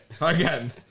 again